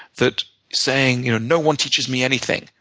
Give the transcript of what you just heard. that saying, you know no one teaches me anything.